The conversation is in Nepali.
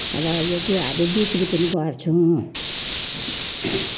र यो गुवाहरू बिक्री पनि गर्छौँ